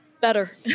better